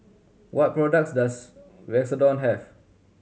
what products does Redoxon have